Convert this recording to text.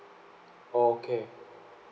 okay